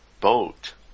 boat